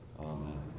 Amen